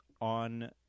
on